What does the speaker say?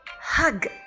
Hug